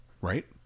right